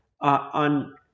on